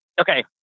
okay